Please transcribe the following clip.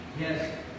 Yes